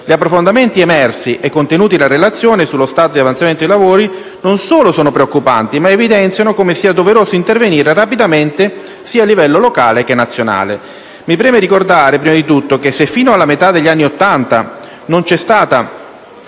Gli approfondimenti emersi e contenuti nella relazione sullo stato di avanzamento dei lavori, non solo sono preoccupanti, ma evidenziano come sia doveroso intervenire rapidamente sia a livello locale che nazionale. Mi preme ricordare, prima di tutto, che se fino alla metà degli anni Ottanta non c'è stato